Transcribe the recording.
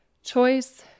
Choice